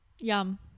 yum